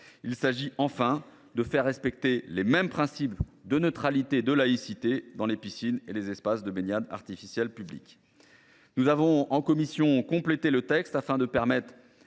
il a pour objet de faire respecter les mêmes principes de neutralité et de laïcité dans les piscines et les espaces de baignade artificiels publics. En commission, nous avons complété le texte afin de permettre